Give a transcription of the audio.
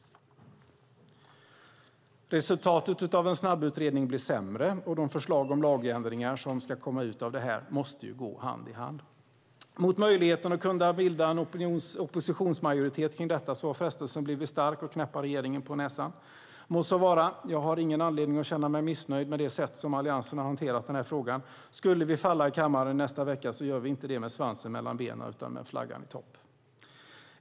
Resultatet av en snabbutredning blir sämre, och de förslag om lagändringar som ska komma ut av det här måste gå hand i hand. Med möjligheten att kunna bilda en oppositionsmajoritet kring detta har frestelsen blivit stark att knäppa regeringen på näsan. Må så vara. Jag har ingen anledning att känna mig missnöjd med det sätt som Alliansen har hanterat den här frågan. Skulle vi falla på detta i kammaren nästa vecka gör vi inte det med svansen mellan benen utan med flaggan i topp.